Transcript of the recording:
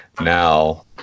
Now